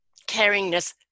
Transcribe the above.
Caringness